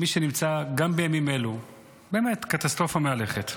מי שנמצא, גם בימים אלו, באמת קטסטרופה מהלכת.